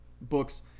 books